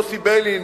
יוסי ביילין,